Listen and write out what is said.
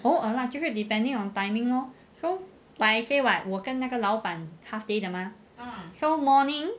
偶尔 lah 就是 depending on timing lor so like I say [what] 我跟那个老板 half day 的 mah so morning